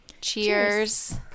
cheers